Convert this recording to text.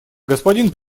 господин